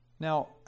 Now